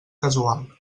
casual